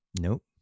Nope